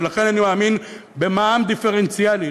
ולכן אני מאמין במע"מ דיפרנציאלי.